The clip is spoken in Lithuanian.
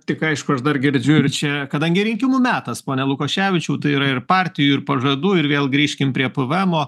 tik aišku aš dar girdžiu ir čia kadangi rinkimų metas pone lukoševičiau tai yra ir partijų ir pažadų ir vėl grįžkim prie pėvėemo